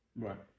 Right